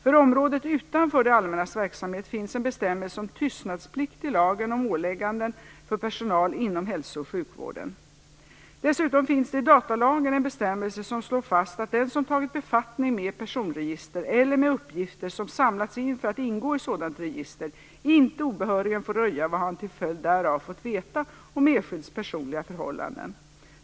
För området utanför det allmännas verksamhet finns en bestämmelse om tystnadsplikt i lagen om åligganden för personal inom hälso och sjukvården. Dessutom finns det i datalagen en bestämmelse som slår fast att den som tagit befattning med personregister eller med uppgifter som samlats in för att ingå i sådant register inte obehörigen får röja han till följd därav fått veta om enskilds personliga förhållanden.